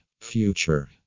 future